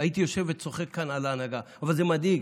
הייתי יושב וצוחק כאן על ההנהגה, אבל זה מדאיג.